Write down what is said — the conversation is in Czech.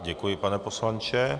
Děkuji, pane poslanče.